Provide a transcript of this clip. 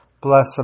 Blessed